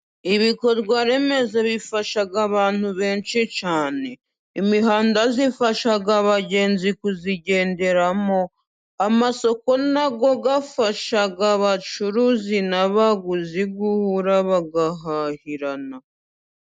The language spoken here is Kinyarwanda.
Ibikorwaremezo bifasha abantu benshi cyane, imihanda zifasha abagenzi kuyigenderamo, amasoku nayo agafasha abacuruzi n'abaguzi guhura bagahahirana.